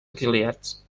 exiliats